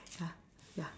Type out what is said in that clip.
ya ya